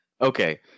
Okay